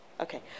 Okay